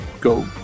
go